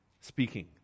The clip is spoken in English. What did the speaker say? speaking